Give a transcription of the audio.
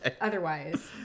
otherwise